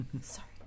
sorry